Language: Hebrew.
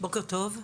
בוקר טוב,